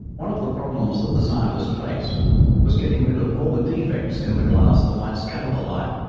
one of the problems that the scientists faced was getting rid of all the defects in the glass that might scatter the light,